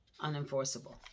unenforceable